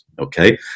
okay